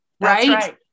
right